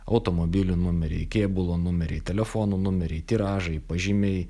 automobilių numeriai kėbulo numeriai telefonų numeriai tiražai pažymiai